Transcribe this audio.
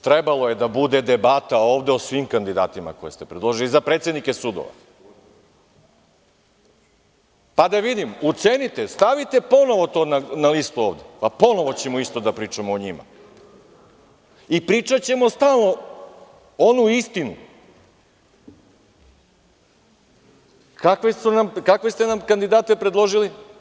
Trebalo je da bude debata o svim kandidatima koje ste predložili za predsednike sudova, pa da vidim, ucenite, stavite ponovo to na listu ovde, pa ponovo ćemo isto da pričamo o njima i pričaćemo stalno onu istinu kakve ste nam kandidate predložili.